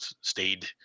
stayed